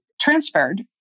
transferred